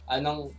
Anong